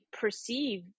perceive